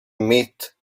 met